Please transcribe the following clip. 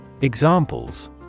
Examples